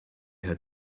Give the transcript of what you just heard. had